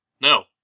No